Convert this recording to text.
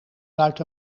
zuid